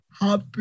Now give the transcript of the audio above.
happy